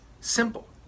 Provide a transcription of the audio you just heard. simple